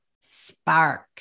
spark